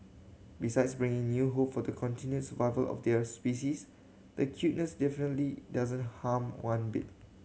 besides bringing new hope for the continued survival of their species their cuteness definitely doesn't harm one bit